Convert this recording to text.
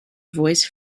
voice